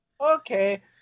okay